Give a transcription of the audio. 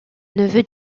neveu